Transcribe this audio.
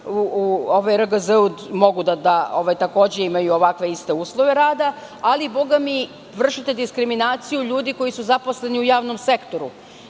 u RGZ mogu takođe da imaju ovakve iste uslove rada, ali, boga mi, vršite diskriminaciju ljudi koji su zaposleni u javnom sektoru. Znači,